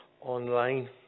online